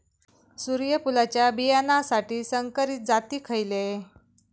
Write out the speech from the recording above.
सूर्यफुलाच्या बियानासाठी संकरित जाती खयले?